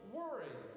worry